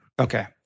Okay